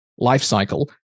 lifecycle